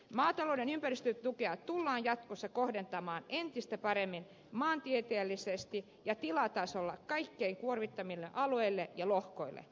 maatalouden ympäristötukea tullaan jatkossa kohdentamaan entistä paremmin maantieteellisesti ja tilatasolla kaikkein kuormittavimmille alueille ja lohkoille